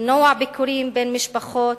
למנוע ביקורים בין משפחות,